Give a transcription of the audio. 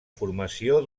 formació